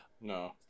No